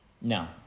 No